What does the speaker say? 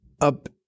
up